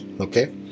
Okay